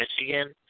Michigan